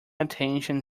attention